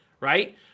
right